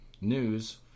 news